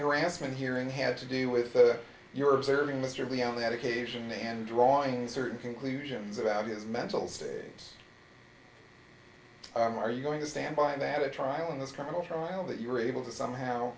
harassment hearing had to do with your observing mr b on that occasion and drawing certain conclusions about his mental state are you going to stand by that a trial in this criminal trial that you were able to somehow